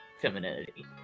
femininity